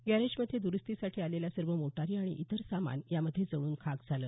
गॅरेजमध्ये द्रूस्तीसाठी आलेल्या सर्व मोटारी आणि इतर सामान यामध्ये जळून खाक झालं